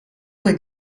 were